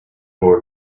boy